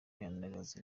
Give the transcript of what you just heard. nyandagazi